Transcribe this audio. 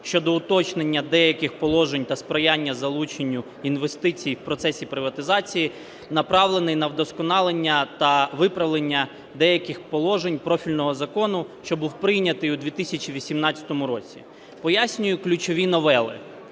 щодо уточнення деяких положень та сприяння залученню інвестицій в процесі приватизації направлений на вдосконалення та виправлення деяких положень профільного закону, що був прийнятий у 2018 році. Пояснюю ключові новели.